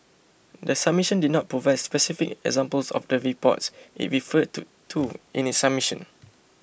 the submission did not provide specific examples of the reports it referred to to in its submission